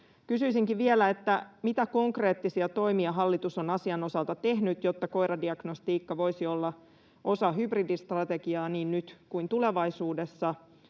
Kysyisinkin vielä, mitä konkreettisia toimia hallitus on asian osalta tehnyt, jotta koiradiagnostiikka voisi olla osa hybridistrategiaa niin nyt kuin tulevaisuudessa,